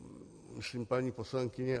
Myslím paní poslankyně